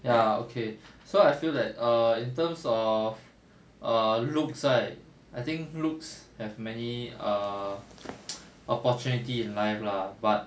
ya okay so I feel that err in terms of err looks right I think looks have many err opportunity in life lah but